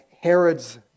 Herod's